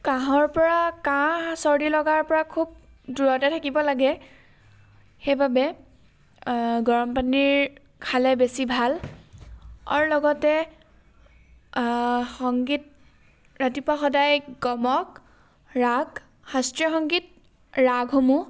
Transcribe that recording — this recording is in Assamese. কাহৰ পৰা কাহ চৰ্দি লগাৰ পৰা খুব দূৰতে থাকিব লাগে সেইবাবে গৰম পানীৰ খালে বেছি ভাল আৰু লগতে সংগীত ৰাতিপুৱা সদায় গমক ৰাগ শাস্ত্ৰীয় সংগীত ৰাগসমূহ